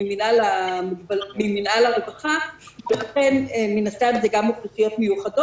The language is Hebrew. ממינהל הרווחה ולכן מן הסתם גם אוכלוסיות מיוחדות.